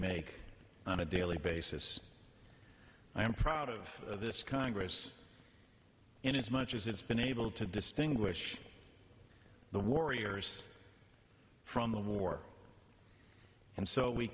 make on a daily basis i am proud of this congress and as much as it's been able to distinguish the warriors from the war and so we